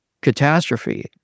catastrophe